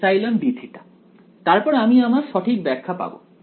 ε dθ তারপর আমি আমার সঠিক ব্যাখ্যা পাব